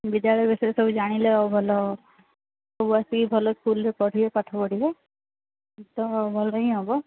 ବିଦ୍ୟାଳୟ ବିଷୟରେ ସବୁ ଜାଣିଲେ ଆଉ ଭଲ ସବୁ ଆସିକି ଭଲ ସ୍କୁଲ୍ରେ ପଢ଼ିବେ ପାଠ ପଢ଼ିବେ ଏତ ଭଲ ହିଁ ହେବ